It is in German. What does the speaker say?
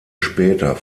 später